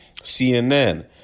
CNN